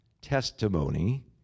testimony